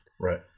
right